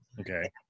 okay